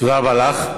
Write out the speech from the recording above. תודה רבה לך.